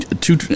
two